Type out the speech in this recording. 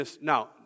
Now